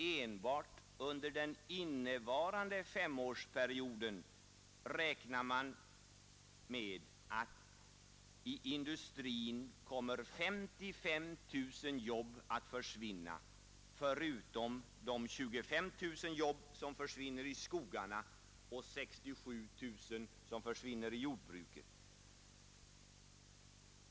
Enbart under den innevarande femårsperioden beräknas i industrin 55 000 jobb försvinna förutom de 25 000 som försvinner i skogarna och 67 000 som försvinner i jordbruket.